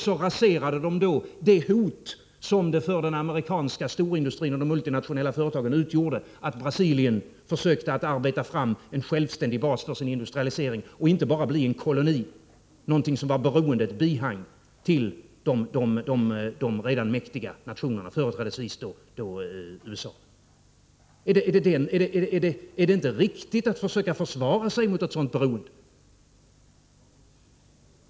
Så raserade de det hot som det utgjorde för den amerikanska storindustrin och de multinationella företagen att Brasilien försökte arbeta fram en självständig bas för sin industrialisering och inte bara bli en koloni, som är beroende, ett bihang till de redan mäktiga nationerna, företrädesvis USA. Är det inte riktigt att försöka försvara sig mot ett sådant beroende?